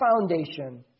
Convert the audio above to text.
foundation